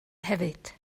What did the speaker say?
hefyd